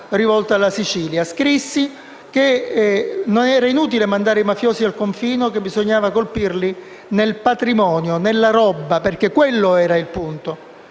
che era inutile mandare i mafiosi al confino e che bisognava colpirli nel patrimonio, nella «roba», perché quello era il punto.